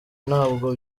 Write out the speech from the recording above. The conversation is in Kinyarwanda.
ntabwo